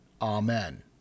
Amen